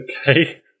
Okay